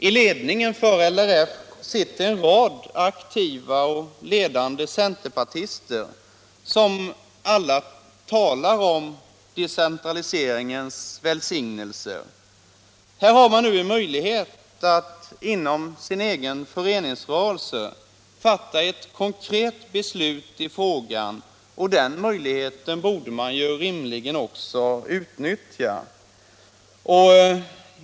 I ledningen för LRF sitter en rad aktiva och ledande centerpartister, som alla talar om decentraliseringens välsignelser. Här har man nu en möjlighet att inom sin egen föreningsrörelse fatta ett konkret beslut i den frågan. Den möjligheten borde man rimligen också utnyttja.